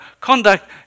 Conduct